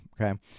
okay